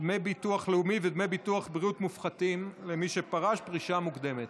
דמי ביטוח לאומי ודמי ביטוח בריאות מופחתים למי שפרש פרישה מוקדמת.